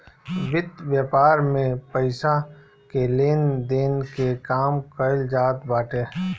वित्त व्यापार में पईसा के लेन देन के काम कईल जात बाटे